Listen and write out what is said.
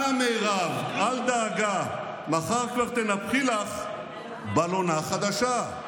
אנא, מרב, אל דאגה, מחר כבר תנפחי לך בלונה חדשה.